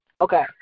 Okay